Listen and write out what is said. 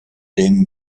dem